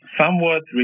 somewhat